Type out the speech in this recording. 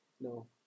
No